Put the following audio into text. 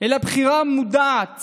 אלא בחירה מודעת